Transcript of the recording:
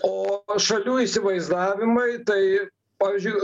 o šalių įsivaizdavimai tai pavyzdžiui